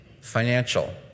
financial